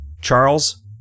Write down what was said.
Charles